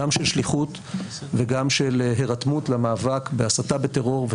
גם של שליחות וגם של הירתמות למאבק בהסתה בטרור,